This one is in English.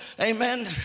amen